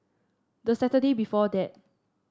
the Saturday before that